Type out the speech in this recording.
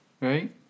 right